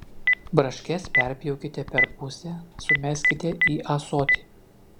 braškes perpjaukite per pusę sumeskite į ąsotį